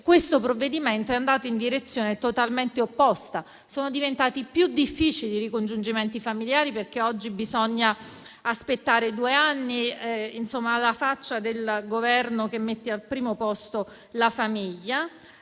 questo provvedimento è andato in direzione totalmente opposta. Sono diventati più difficili i ricongiungimenti familiari, perché oggi bisogna aspettare due anni: alla faccia del Governo che mette al primo posto la famiglia.